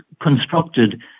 constructed